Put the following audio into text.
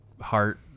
heart